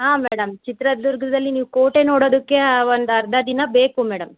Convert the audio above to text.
ಹಾಂ ಮೇಡಮ್ ಚಿತ್ರದುರ್ಗದಲ್ಲಿ ನೀವು ಕೋಟೆ ನೋಡೋದಕ್ಕೆ ಒಂದು ಅರ್ಧ ದಿನ ಬೇಕು ಮೇಡಮ್